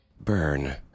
Burn